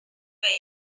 where